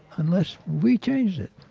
unless we changed it.